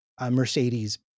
Mercedes